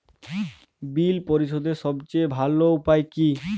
বিল পরিশোধের সবচেয়ে ভালো উপায় কী?